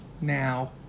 now